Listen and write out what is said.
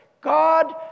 God